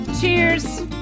Cheers